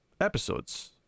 episodes